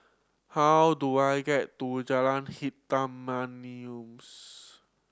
how do I get to Jalan Hitam Manis